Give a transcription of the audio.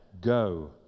go